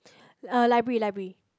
uh library library